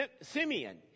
Simeon